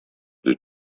the